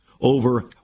over